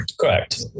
Correct